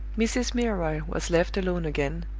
mrs. milroy was left alone again,